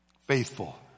Faithful